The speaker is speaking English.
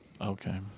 okay